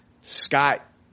Scott